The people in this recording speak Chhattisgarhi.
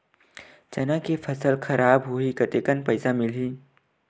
चना के फसल खराब होही कतेकन पईसा मिलही?